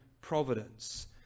providence